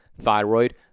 thyroid